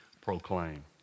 proclaim